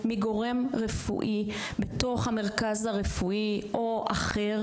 מגורם רפואי מתוך המרכז הרפואי או אחר,